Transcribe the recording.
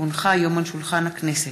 כי הונחו היום על שולחן הכנסת,